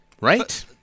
Right